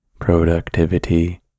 productivity